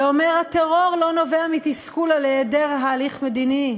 ואומר: הטרור לא נובע מתסכול על היעדר הליך מדיני,